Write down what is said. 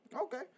Okay